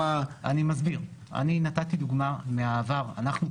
--- אני מסביר: אני נתתי דוגמה מהעבר שאנחנו,